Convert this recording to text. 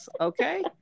Okay